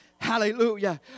Hallelujah